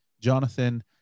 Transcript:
Jonathan